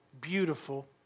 beautiful